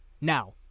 now